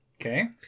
Okay